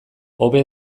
hobe